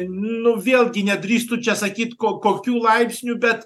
nu vėl gi nedrįstu čia sakyt ko kokiu laipsniu bet